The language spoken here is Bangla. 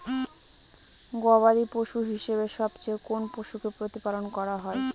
গবাদী পশু হিসেবে সবচেয়ে কোন পশুকে প্রতিপালন করা হয়?